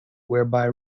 whereby